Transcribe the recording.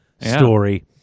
story